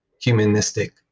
humanistic